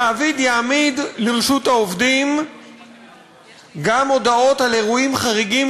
המעביד יעמיד לרשות העובדים גם הודעות על אירועים חריגים